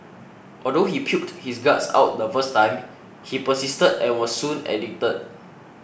although he puked his guts out the first time he persisted and was soon addicted